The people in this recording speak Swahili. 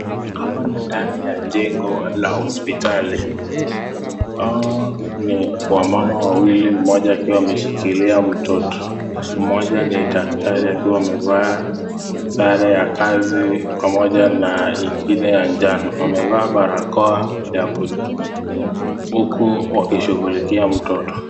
Hapa ni ndani ya jengo la hospitali. Hao ni wamama wawili mmoja akiwa ameshikilia mtoto. Mmoja ni daktari akiwa amevaa sare ya kazi pamoja na ingine ya njano. Wamevaa barakoa ya blue huku wakishughulikia mtoto.